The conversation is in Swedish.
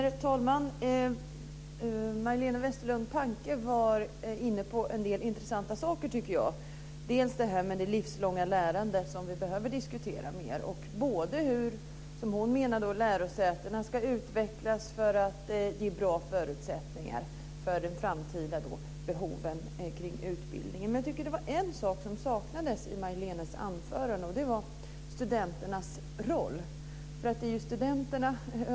Herr talman! Majléne Westerlund Panke var inne på en del intressanta saker. Det gällde bl.a. det livslånga lärandet, och det är något vi behöver diskutera mer. Det gäller bl.a. hur lärosätena ska utvecklas för att ge bra förutsättningar för de framtida behoven i utbildningen. Men jag tyckte att det var en sak som saknades i Majléne Westerlund Pankes anförande, nämligen studenternas roll.